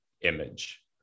image